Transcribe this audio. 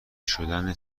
شدن